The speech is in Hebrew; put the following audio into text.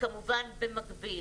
וכמובן במקביל,